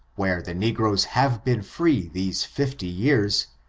where the negroes have been free these fifty years,